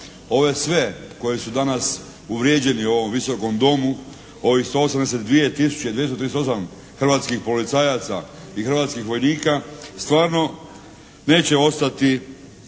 ove sve koji su danas uvrijeđeni u ovom Visokom domu ovih 182 tisuće 238 hrvatskih policajaca i hrvatskih vojnika stvarno neće ostati